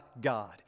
God